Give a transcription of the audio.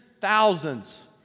thousands